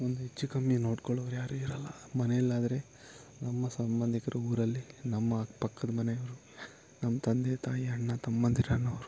ಒಂದು ಹೆಚ್ಚುಕಮ್ಮಿ ನೋಡ್ಕೊಳ್ಳೋರು ಯಾರು ಇರಲ್ಲ ಮನೆಯಲ್ಲಾದ್ರೆ ನಮ್ಮ ಸಂಬಂಧಿಕರ ಊರಲ್ಲಿ ನಮ್ಮ ಅಕ್ಕಪಕ್ಕದ ಮನೆಯವರು ನಮ್ಮ ತಂದೆ ತಾಯಿ ಅಣ್ಣ ತಮ್ಮಂದಿರನ್ನೋರು